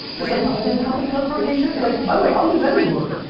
just like the holding company clarification, like by the way, i'll use any word.